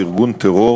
ארגון טרור